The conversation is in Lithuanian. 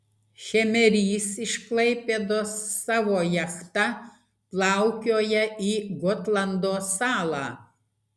šemerys iš klaipėdos savo jachta plaukioja į gotlando salą